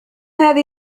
هذه